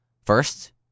First